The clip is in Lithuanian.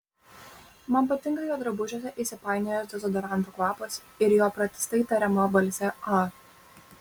man patinka jo drabužiuose įsipainiojęs dezodoranto kvapas ir jo pratisai tariama balsė a